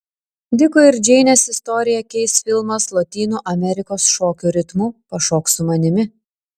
diko ir džeinės istoriją keis filmas lotynų amerikos šokių ritmu pašok su manimi